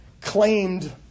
claimed